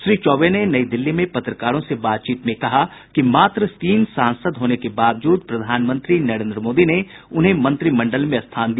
श्री चौबे ने नई दिल्ली में पत्रकारों से बातचीत में कहा कि मात्र तीन सांसद होने के बावजूद प्रधानमंत्री नरेन्द्र मोदी ने उन्हें मंत्रिमंडल में स्थान दिया